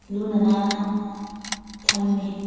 ꯂꯨꯅ ꯅꯥꯟꯅ ꯊꯝꯃꯤ